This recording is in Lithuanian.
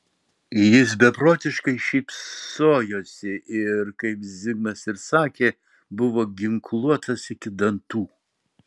jis beprotiškai šypsojosi ir kaip zigmas ir sakė buvo ginkluotas iki dantų